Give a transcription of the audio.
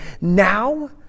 now